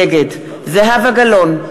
נגד זהבה גלאון,